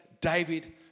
David